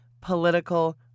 political